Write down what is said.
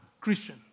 Christian